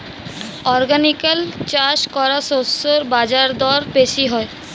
organically চাষ করা শস্যের বাজারদর বেশি হয়